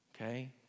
okay